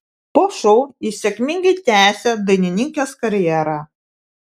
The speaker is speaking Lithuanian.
po šou ji sėkmingai tęsė dainininkės karjerą